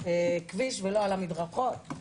לאיזה מוגבלות מפורט